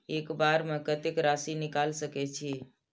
एक बार में कतेक राशि निकाल सकेछी?